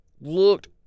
looked